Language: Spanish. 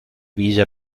villa